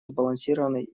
сбалансированный